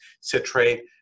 citrate